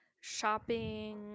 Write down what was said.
shopping